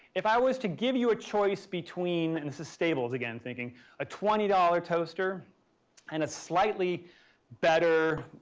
if i was to give you a choice between, and this is stables again thinking a twenty dollar toaster and a slightly better,